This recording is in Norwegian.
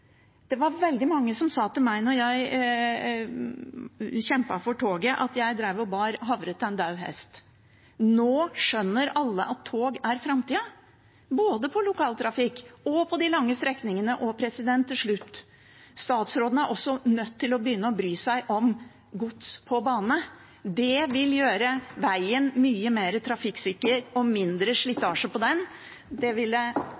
Det var veldig mange som sa til meg da jeg kjempet for toget, at jeg drev og bar havre til en død hest. Nå skjønner alle at tog er framtida, både i lokaltrafikken og på de lange strekningene. Til slutt: Statsråden er nødt til å begynne å bry seg om gods på bane. Det vil gjøre veien mye mer trafikksikker, og mindre slitasje på den ville